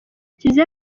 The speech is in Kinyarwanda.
kiliziya